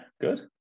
good